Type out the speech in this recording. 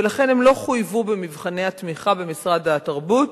ולכן הם לא חויבו במבחני התמיכה במשרד התרבות